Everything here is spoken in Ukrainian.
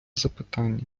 запитання